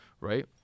right